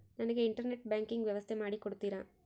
ನನಗೆ internet banking ವ್ಯವಸ್ಥೆ ಮಾಡಿ ಕೊಡ್ತೇರಾ?